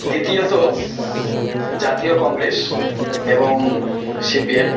দ্বিতীয়ত জাতীয় কংগ্রেস এবং সি পি এম